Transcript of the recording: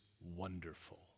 wonderful